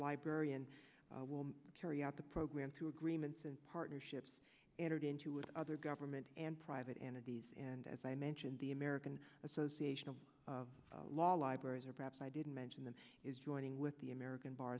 library and will carry out the program through agreements and partnerships entered into with other government and private entities and as i mentioned the american association of law libraries or perhaps i didn't mention them is joining with the american bar